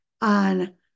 on